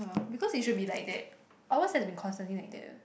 ah because it should be like that ours has been constantly that ah